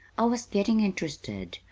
i was getting interested,